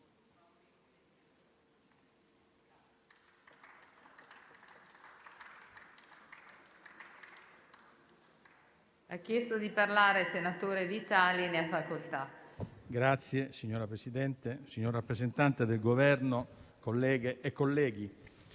Signor Presidente, signor rappresentante del Governo, colleghe e colleghi,